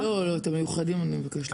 לא, את ה"מיוחדים" אני מבקשת למחוק.